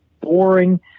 boring